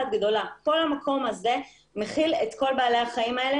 כל המקום הזה מכיל את כל בעלי החיים האלה,